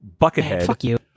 buckethead